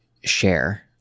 share